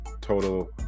total